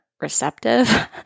receptive